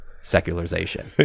secularization